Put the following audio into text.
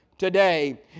Today